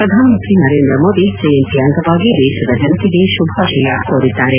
ಶ್ರಧಾನಮಂತ್ರಿ ನರೇಂದ್ರ ಮೋದಿ ಜಯಂತಿ ಅಂಗವಾಗಿ ದೇಶದ ಜನತೆಗೆ ಶುಭಾಶಯ ಕೋರಿದ್ದಾರೆ